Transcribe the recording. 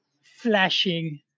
flashing